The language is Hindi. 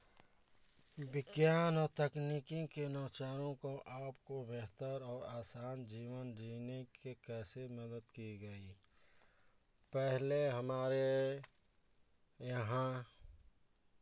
विज्ञान और तकनीकी के नवचारों को बेहतर और आसान जीवन जीने के कैसे मदद किये गए पहले हमारे यहाँ